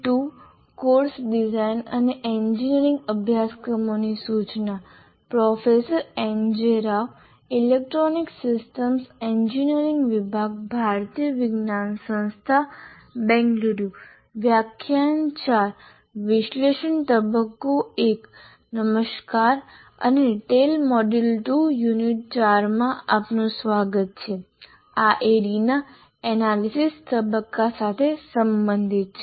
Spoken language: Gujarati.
નમસ્કાર અને TALE મોડ્યુલ 2 યુનિટ 4 માં આપનું સ્વાગત છે આ ADDIE ના એનાલિસિસ તબક્કા સાથે સંબંધિત છે